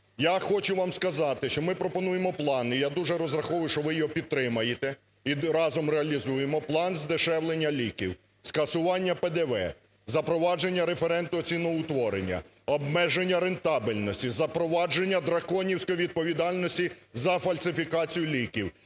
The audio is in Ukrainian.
Я хочу вам сказати, що ми пропонуємо план, і я дуже розраховую, що ви його підтримаєте і разом реалізуємо. План здешевлення ліків, скасування ПДВ, запровадження референтного ціноутворення, обмеження рентабельності, запровадження драконівської відповідальності за фальсифікацію ліків,